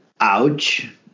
Ouch